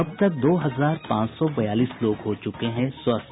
अब तक दो हजार पांच सौ बयालीस लोग हो चुके हैं स्वस्थ